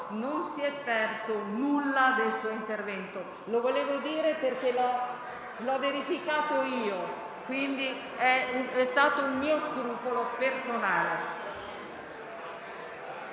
non si è perso nulla del suo intervento. Lo volevo dire perché l'ho verificato io. È stato un mio scrupolo personale.